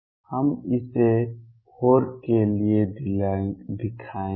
हम इसे भोर के लिए दिखाएंगे